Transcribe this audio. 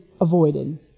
avoided